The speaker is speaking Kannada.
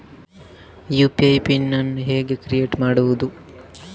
ಯು.ಪಿ.ಐ ಪಿನ್ ಅನ್ನು ಹೇಗೆ ಕ್ರಿಯೇಟ್ ಮಾಡುದು?